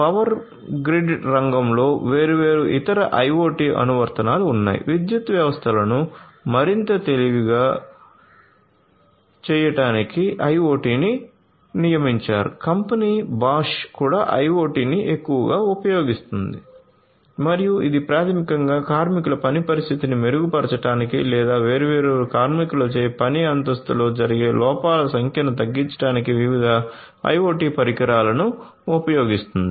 power grid రంగంలో వేర్వేరు ఇతర ఐయోటి కూడా IoT ని ఎక్కువగా ఉపయోగిస్తుంది మరియు ఇది ప్రాథమికంగా కార్మికుల పని పరిస్థితిని మెరుగుపరచడానికి లేదా వేర్వేరు కార్మికులచే పని అంతస్తులో జరిగే లోపాల సంఖ్యను తగ్గించడానికి వివిధ IoT పరికరాలను ఉపయోగిస్తుంది